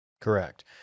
Correct